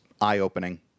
eye-opening